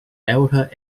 delta